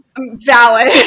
Valid